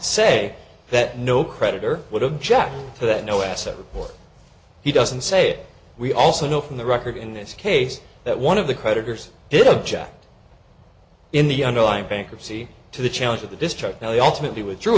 say that no creditor would object to that no asset report he doesn't say we also know from the record in this case that one of the creditors did object in the underlying bankruptcy to the challenge of the destruction of the ultimately withdrew